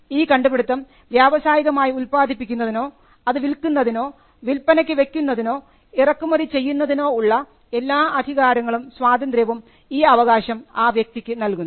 ഈ കണ്ടുപിടിത്തം വ്യാവസായികമായി ഉൽപ്പാദിപ്പിക്കുന്നതിനോ അത് വിൽക്കുന്നതിനോ വിൽപ്പനയ്ക്ക് വെക്കുന്നതിനോ ഇറക്കുമതി ചെയ്യുന്നതനോ ഉള്ള എല്ലാ അധികാരങ്ങളും സ്വാതന്ത്ര്യവും ഈ അവകാശം ആ വ്യക്തിക്ക് നൽകുന്നു